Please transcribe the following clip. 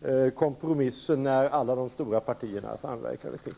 den kompromiss som alla de stora partierna samverkade till.